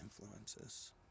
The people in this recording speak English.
influences